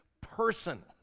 person